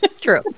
True